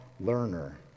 learner